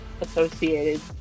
associated